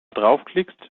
draufklickst